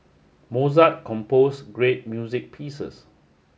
Mozart composed great music pieces